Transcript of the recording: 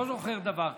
לא זוכר דבר כזה.